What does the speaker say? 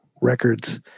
records